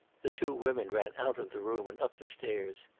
the two women ran out of the room and up the stairs.